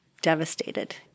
devastated